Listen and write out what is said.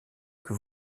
que